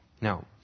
Now